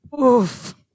Oof